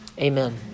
amen